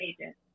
agent